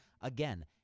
Again